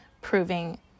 proving